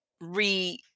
re